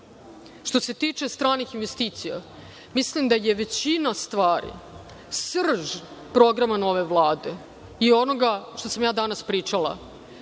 se tiče stranih investicija, mislim da je većina stvari srž programa nove Vlade i onoga što sam ja danas pričala